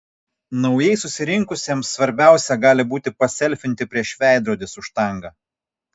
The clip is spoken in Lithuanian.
naujai susirinkusiems svarbiausia gali būti paselfinti prieš veidrodį su štanga